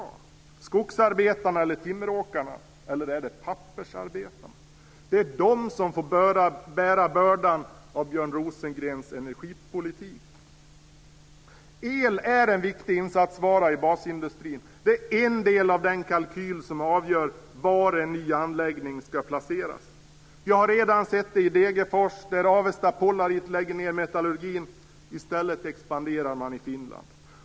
Eller är det skogsarbetarna, timmeråkarna eller pappersarbetarna? Det är de som får bära bördan av El är en viktig insatsvara i basindustrin. Det är en del av den kalkyl som avgör var en ny anläggning ska placeras. Vi har redan sett det i Degerfors, där Avesta Polarit lägger ned metallurgin. I stället expanderar man i Finland.